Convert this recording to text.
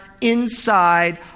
inside